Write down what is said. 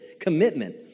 commitment